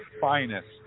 finest